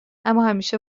اماهمیشه